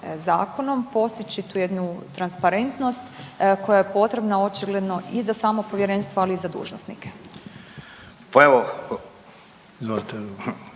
zakonom postići tu jednu transparentnost koja je potrebno očigledno i za samo povjerenstvo, ali i za dužnosnike.